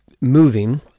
moving